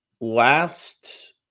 Last